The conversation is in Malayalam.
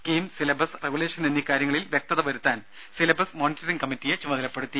സ്കീം സിലബസ് റഗുലേഷൻ എന്നീ കാര്യങ്ങളിൽ വ്യക്തത വരുത്താൻ സിലബസ് മോണിറ്ററിങ് കമ്മിറ്റിയെ ചുമതലപ്പെടുത്തി